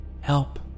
Help